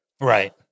Right